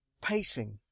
pacing